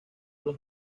los